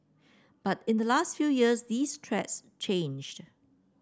but in the last few years these threats changed